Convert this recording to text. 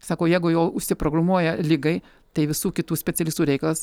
sako jeigu jau užsiprogramuoja ligai tai visų kitų specialistų reikalas